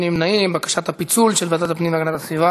הצעת ועדת הפנים והגנת הסביבה